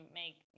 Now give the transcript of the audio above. make